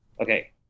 okay